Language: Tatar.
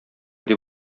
дип